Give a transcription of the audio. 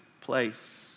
place